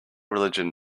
religion